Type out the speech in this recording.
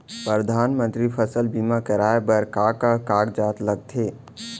परधानमंतरी फसल बीमा कराये बर का का कागजात लगथे?